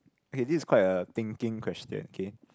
okay this is quite a thinking question okay